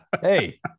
hey